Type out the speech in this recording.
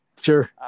Sure